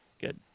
Good